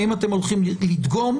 האם אתם הולכים לדגום?